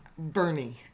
Bernie